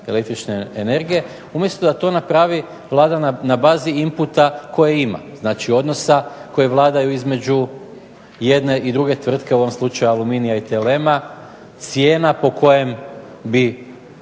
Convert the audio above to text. električne energije umjesto da to napravi Vlada na bazi inputa koji ima, znači odnosa koji vladaju između jedne i druge tvrtke, u ovom slučaju Aluminija i TLM-a. Cijena po kojem bi